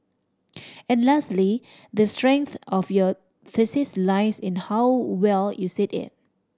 and lastly the strength of your thesis lies in how well you said it